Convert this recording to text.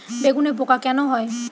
বেগুনে পোকা কেন হয়?